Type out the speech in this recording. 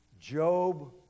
Job